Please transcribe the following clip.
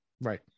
Right